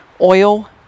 Oil